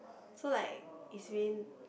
so like it's very